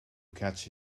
catch